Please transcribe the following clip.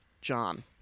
John